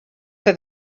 for